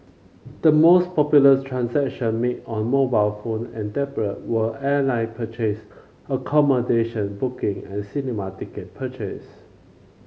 the most popular transaction made on mobile phone and tablet were airline purchase accommodation booking and cinema ticket purchases